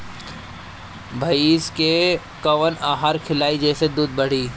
भइस के कवन आहार खिलाई जेसे दूध बढ़ी?